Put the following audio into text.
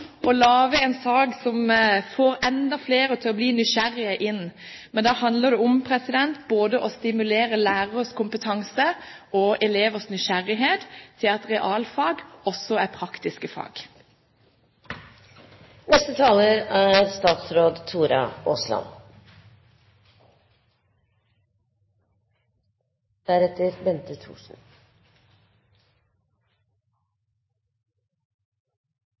får enda flere til å bli nysgjerrige, men da handler det om å stimulere både læreres kompetanse og elevers nysgjerrighet til at realfag også er praktiske fag. Høy kompetanse i realfag og teknologi er